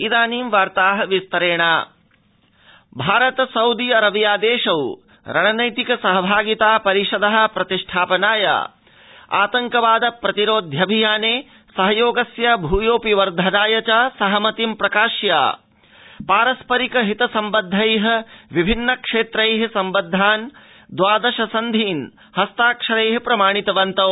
प्रधानमन्त्रीसउदी Arabia Bharat Saudi Arabia देशौ रणनैतिक सहभागिता परिषद प्रतिष्ठापनाय आतड़कवाद प्रतिरोध्यभियाने मिथ सहयोगस्य भूयोऽपि वर्धनाय च सहमति प्रकाश्य पारस्परिक हित सम्बद्धै विभिन्न क्षेत्रै सम्बद्धान् द्वादश सन्धीन् हस्ताक्षरै प्रमाणितवन्तौ